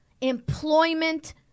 employment